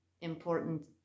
important